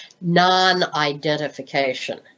non-identification